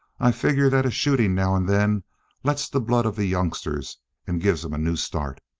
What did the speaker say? i figure that a shooting now and then lets the blood of the youngsters and gives em a new start.